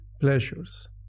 pleasures